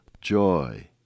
joy